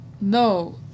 No